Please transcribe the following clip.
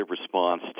response